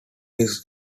his